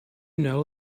know